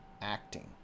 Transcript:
acting